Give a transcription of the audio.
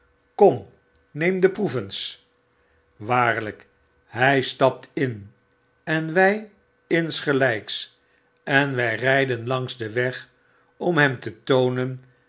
kom neem de proef eens waarlijk hy stapt in en wy insgelijks en wy ryden langs den weg om hem te toonen